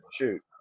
Shoot